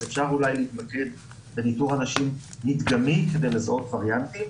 אז אפשר אולי להתמקד בניטור אנשים מדגמית כדי לזהות וריאנטים.